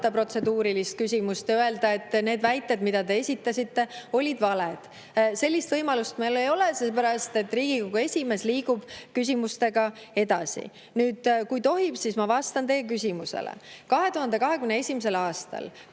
protseduurilist küsimust ja öelda, et need väited, mis te esitasite, olid valed. Sellist võimalust meil ei ole, sellepärast et Riigikogu esimees liigub küsimustega edasi. Nüüd, kui tohib, siis ma vastan teie küsimusele. 2021. aastal,